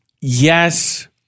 yes